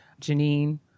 Janine